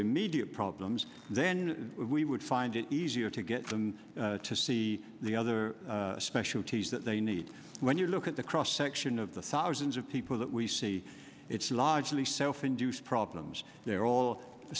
a media problems then we would find it easier to get them to see the other specialties that they need when you look at the cross section of the thousands of people that we see it's largely self induced problems they're all